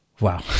Wow